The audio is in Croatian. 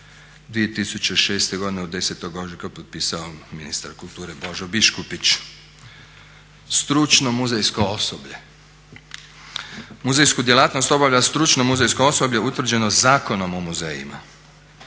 2006. godine od 10. ožujka potpisao ministar kulture Božo Biškupić. Stručno muzejsko osoblje, muzejsku djelatnost obavlja stručno muzejsko osoblje utvrđeno Zakonom o muzejima.